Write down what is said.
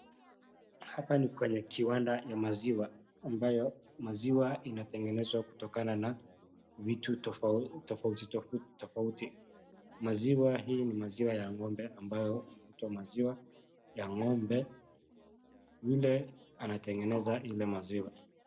Hapa ni kwenye kiwanda ya maziwa ambayo maziwa inategenezwa kutokana na vitu tofauti tofauti. Maziwa hii ni maziwa ya ng'ombe ambayo inaitwa maziwa ya ng'ombe yule anategeneza ile maziwa.